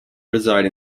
reside